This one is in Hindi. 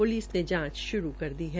प्लिसने जांच श्रू कर दी है